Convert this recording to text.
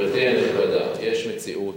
גברתי הנכבדה, יש מציאות,